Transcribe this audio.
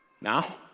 Now